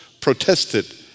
protested